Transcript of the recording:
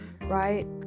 right